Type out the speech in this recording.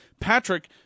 Patrick